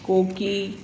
कोकी